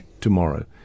Tomorrow